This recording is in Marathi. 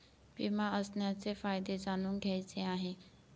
विमा असण्याचे फायदे जाणून घ्यायचे आहे